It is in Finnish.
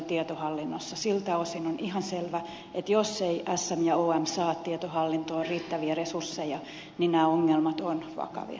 siltä osin on ihan selvää että jos eivät sm ja om saa tietohallintoon riittäviä resursseja niin nämä ongelmat ovat vakavia